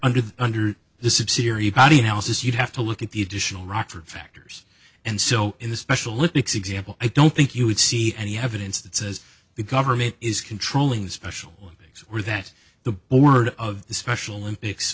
under the under this is syria body analysis you'd have to look at the additional rochefort factors and so in the special olympics example i don't think you would see any evidence that says the government is controlling the special olympics or that the board of the special olympics